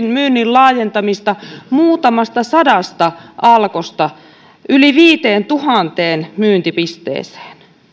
myynnin laajentamista muutamasta sadasta alkosta yli viiteentuhanteen myyntipisteeseen